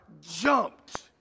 jumped